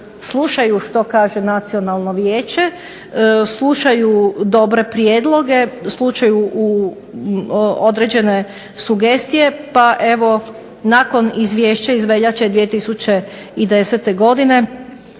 slušaju što kaže Nacionalno vijeće, slušaju dobre prijedloge, slušaju određene sugestije. Pa evo nakon izvješća iz veljače 2010. godine